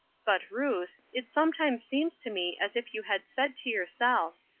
but, ruth, it sometimes seems to me as if you had said to yourself,